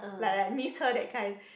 like like miss her that kind